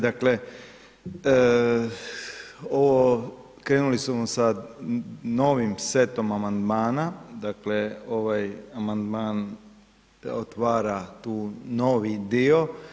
Dakle, ovo, krenuli smo sa novim setom amandmana, dakle, ovaj amandman otvara tu novi dio.